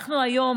אנחנו היום,